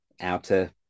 outer